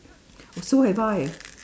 so have I